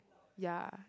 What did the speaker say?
ya